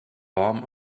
warm